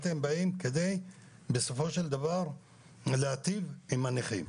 אתם באים כדי בסופו של דבר להיטיב עם הנכים.